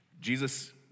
Jesus